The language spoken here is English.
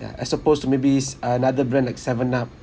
yeah as opposed to maybes another brand like seven up